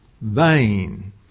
vain